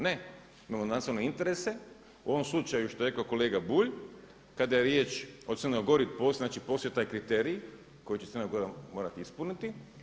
Ne, imamo nacionalne interese u ovom slučaju što je rekao kolega Bulj, kada je riječ o Crnoj Gori, znači postoji taj kriteriji koji će Crna Gora morati ispuniti.